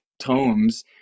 tomes